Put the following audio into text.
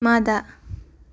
ꯃꯥꯗ